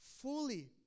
fully